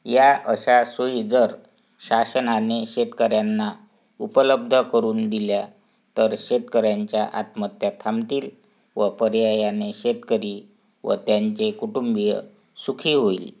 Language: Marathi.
या अशा सोयी जर शासनाने शेतकऱ्यांना उपलब्ध करून दिल्या तर शेतकऱ्यांच्या आत्महत्त्या थांबतील व पर्यायाने शेतकरी व त्यांचे कुटुंबीय सुखी होईल